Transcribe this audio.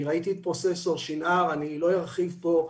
אני ראיתי את פרופ' שנער, אני לא ארחיב פה.